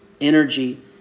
energy